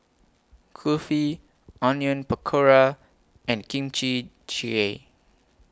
Kulfi Onion Pakora and Kimchi Jjigae